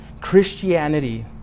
Christianity